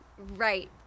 Right